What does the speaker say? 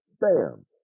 bam